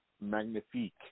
Magnifique